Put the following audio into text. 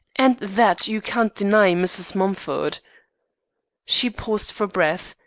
and that you can't deny, mrs. mumford she paused for breath.